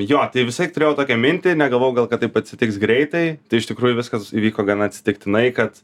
jo tai visąlaik turėjau tokią mintį negalvojau gal kad taip atsitiks greitai tai iš tikrųjų viskas įvyko gana atsitiktinai kad